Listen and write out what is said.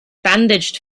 bandaged